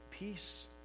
peace